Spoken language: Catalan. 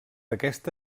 aquesta